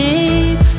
Deep